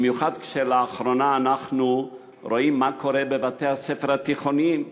במיוחד כשלאחרונה אנחנו רואים מה קורה בבתי-הספר התיכוניים: